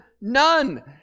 none